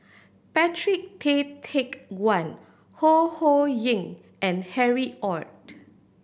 Patrick Tay Teck Guan Ho Ho Ying and Harry Ord